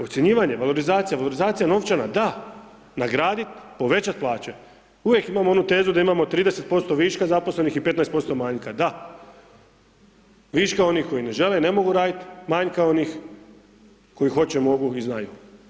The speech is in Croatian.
Ocjenjivanje, valorizacija, valorizacija novčana da nagradit povećat plaće, uvijek imamo onu tezu da imamo 30% viška zaposlenih i 15% manjka, da, viška onih koji ne žele ne mogu radit, manjka koji hoće, mogu i znaju.